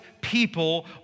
people